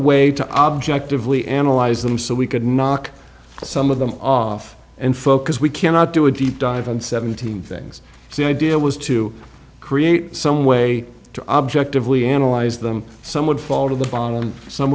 way to objectively analyze them so we could knock some of them off and focus we cannot do a deep dive and seven thousand things the idea was to create some way to objectively analyze them some would fall to the bottom some